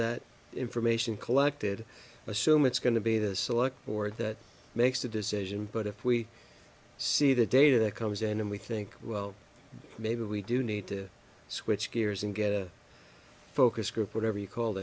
that information collected assume it's going to be the board that makes the decision but if we see the data that comes in and we think well maybe we do need to switch gears and get a focus group whatever you call